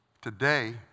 Today